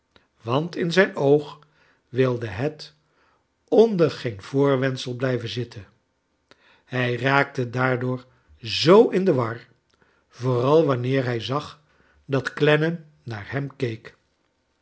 want in zijn oog wiide het onder geen voorwendsel blijven zitten hij raakte daardoor zoo in de war vooral wanneer hij zag dat clennam naar hem